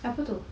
apa tu